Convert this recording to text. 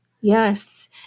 Yes